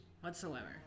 Whatsoever